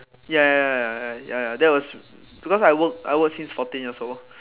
ya ya ya ya ya ya ya because I work since fourteen years old